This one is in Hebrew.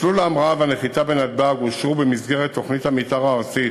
מסלולי ההמראה והנחיתה בנתב"ג אושרו במסגרת תוכנית המתאר הארצית